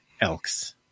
Elks